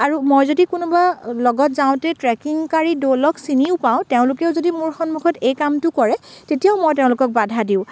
আৰু মই যদি কোনোবা লগত যাওঁতে ট্ৰেকিংকাৰী দলক চিনিও পাওঁ তেওঁলোকেও যদি মোৰ সন্মুখত এই কামটো কৰে তেতিয়াও মই তেওঁলোকক বাধা দিওঁ